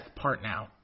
partnow